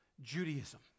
Judaism